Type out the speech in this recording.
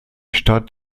stadt